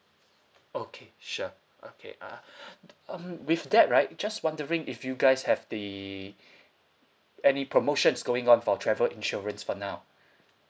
okay sure okay uh um with that right just wondering if you guys have the any promotions going on for travel insurance for now